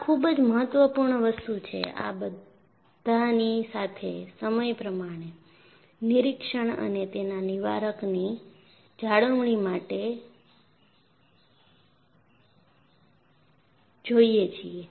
આ ખૂબ જ મહત્વપૂર્ણ વસ્તુ છે આ બધાની સાથે સમય પ્રમાણે નિરીક્ષણ અને તેના નિવારકની જાળવણી માટે જાઈએ છીએ